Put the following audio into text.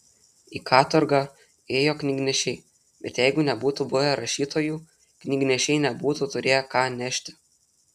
į katorgą ėjo knygnešiai bet jeigu nebūtų buvę rašytojų knygnešiai nebūtų turėję ką nešti